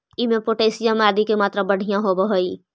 इमें पोटाशियम आदि के मात्रा बढ़िया होवऽ हई